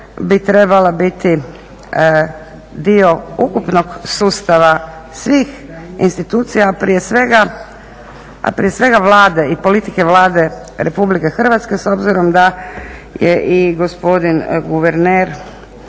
bi trebala biti dio ukupnog sustava svih institucija, a prije svega Vlade i politike Vlade Republike Hrvatske s obzirom da je i gospodin guverner